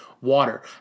water